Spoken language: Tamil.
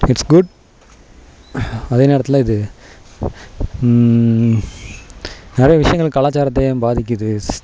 இட்ஸ் குட் அதே நேரத்தில் இது நிறையா விஷயங்கள் கலாச்சாரத்தையும் பாதிக்குது ஸ்